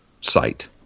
site